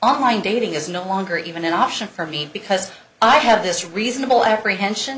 online dating is no longer even an option for me because i have this reasonable apprehension